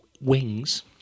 wings